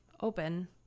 open